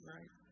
Right